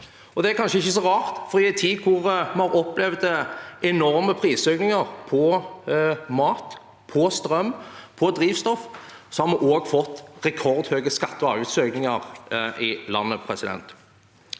Det er kanskje ikke så rart, for i en tid hvor vi har opplevd enorme prisøkninger på mat, strøm og drivstoff, har vi også fått rekordhøye skatte- og avgiftsøkninger i landet. Nå gjentar